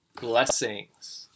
Blessings